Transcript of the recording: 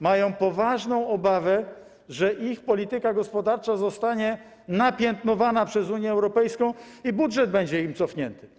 Mają poważna obawę, że ich polityka gospodarcza zostanie napiętnowana przez Unię Europejską i budżet będzie im cofnięty.